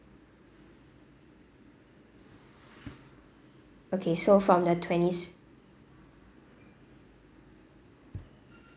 okay so from the twenty s~